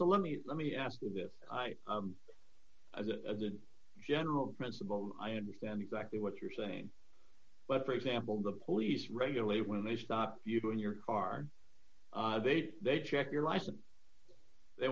so let me let me ask you this as a general principle i understand exactly what you're saying but for example the police regulate when they stop you in your car they they check your license they